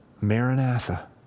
Maranatha